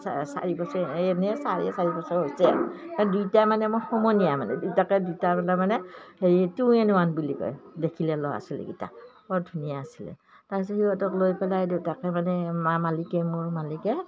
চাৰি বছৰ এনেই চাৰে চাৰি বছৰ হৈছে আৰু এই দুয়োটা মানে মই সমনীয়া মানে দুয়োটাকে দুয়োটা তাৰমানে হেৰি টুএণ্ওৱান বুলি কয় দেখিলে ল'ৰা ছোৱালীকেইটা বৰ ধুনীয়া আছিলে তাৰ পিছত সিহঁতক লৈ পেলাই দেউতাকে মানে মা মালিকে মোৰ মালিকে